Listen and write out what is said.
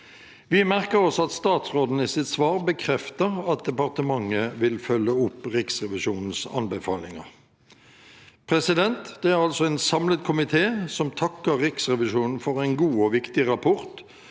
Vi merker oss at statsråden i sitt svar bekrefter at departementet vil følge opp Riksrevisjonens anbefalinger. Det er altså en samlet komité som takker Riksrevisjonen for en god og viktig rapport,